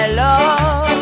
love